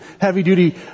heavy-duty